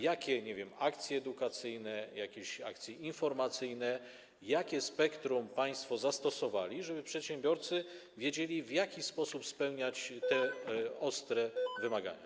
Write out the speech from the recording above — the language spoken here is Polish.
Jakie, nie wiem, akcje edukacyjne, akcje informacyjne, jakie ich spektrum państwo zastosowali, żeby przedsiębiorcy wiedzieli, w jaki sposób spełniać te ostre wymagania?